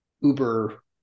uber